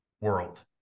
world